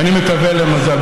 ואני מקווה למזל.